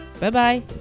Bye-bye